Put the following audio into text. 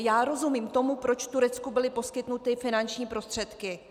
Já rozumím tomu, proč byly Turecku poskytnuty finanční prostředky.